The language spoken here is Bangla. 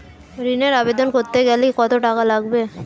ঋণের আবেদন করতে গেলে কত টাকা লাগে?